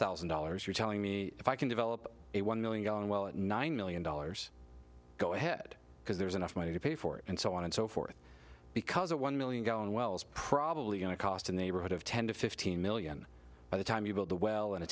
thousand dollars you're telling me if i can develop a one million gallon well at nine million dollars go ahead because there's enough money to pay for it and so on and so forth because a one million gallon well is probably going to cost a neighborhood of ten to fifteen million by the time you build the well in a